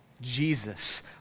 Jesus